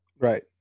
Right